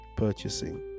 purchasing